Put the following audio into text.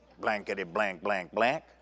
blankety-blank-blank-blank